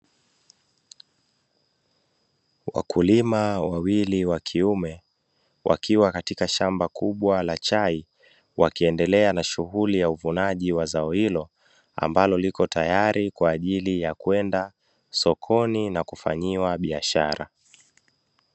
Wakulima wawili wakiume wakiwa katika shamba la chai, wakiendelea na shughuli ya uvunaji wa zao hilo ambalo lipo tayari kwa ajili ya kwenda sokoni na kifanyiwa biashara.